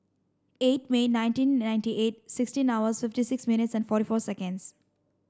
eight May nineteen ninety eight sixteen hours fifty six minutes and forty four seconds